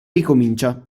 ricomincia